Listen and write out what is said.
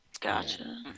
Gotcha